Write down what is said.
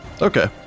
Okay